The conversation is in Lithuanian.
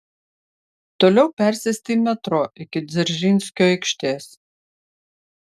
toliau persėsti į metro iki dzeržinskio aikštės